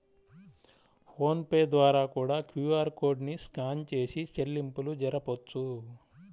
phone pay ద్వారా కూడా QR code ని స్కాన్ చేసి చెల్లింపులు జరపొచ్చు